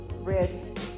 red